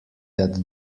that